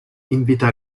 invita